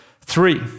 Three